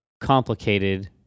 complicated